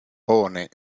pone